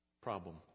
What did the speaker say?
problem